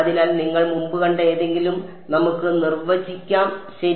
അതിനാൽ നിങ്ങൾ മുമ്പ് കണ്ട എന്തെങ്കിലും നമുക്ക് നിർവചിക്കാം ശരി